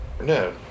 No